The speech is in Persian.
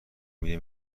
میری